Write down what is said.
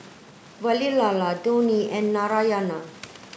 Vavilala Dhoni and Narayana